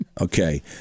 Okay